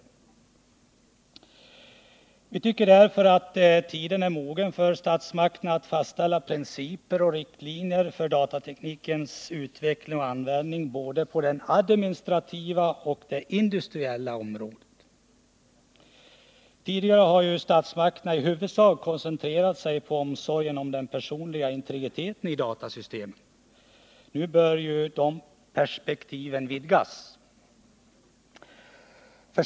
Vi tycker därför att tiden nu är mogen för statsmakterna att fastställa principer och riktlinjer för datateknikens utveckling och användning både på det administrativa och på det industriella området. Tidigare har statsmakterna i huvudsak koncentrerat sig på omsorgen om den personliga integriteten i datasystemen. Nu bör de perspektiven vidgas.